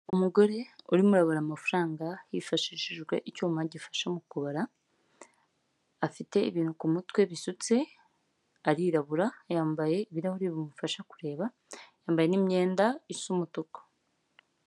Umugore urimo urabara amafaranga hifashishijwe icyuma gifasha mu kubara, afite ibintu ku mutwe bisutse arirabura, yambaye ibirahuri bimufasha kureba, yambaye imyenda isa umutuku.